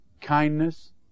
kindness